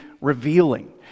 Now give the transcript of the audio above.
revealing